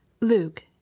Luke